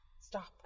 Stop